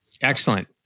Excellent